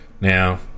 Now